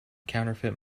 counterfeit